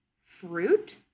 fruit